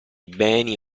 beni